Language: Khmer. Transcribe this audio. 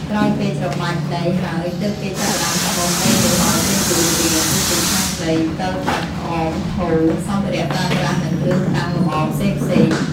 ក្រោយពេលច្របាច់ដីហើយទើបគេចាប់ផ្តើមស្មូនដីនោះឲ្យចេញជារូបរាង ដូចជាឆ្នាំងដី ផ្តិលទឹក ក្អម ថូរ សម្ភារៈប្រើប្រាស់និងគ្រឿងតាំងលម្អរផ្សេងៗ។